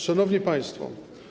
Szanowni Państwo!